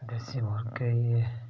देसी मुर्गे होई गे